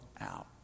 out